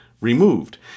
removed